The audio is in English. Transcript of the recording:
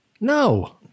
No